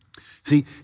See